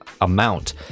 amount